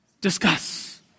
discuss